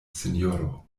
sinjoro